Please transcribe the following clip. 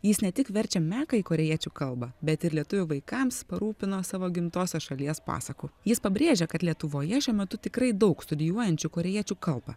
jis ne tik verčia meką į korėjiečių kalbą bet ir lietuvių vaikams parūpino savo gimtosios šalies pasakų jis pabrėžia kad lietuvoje šiuo metu tikrai daug studijuojančių korėjiečių kalbą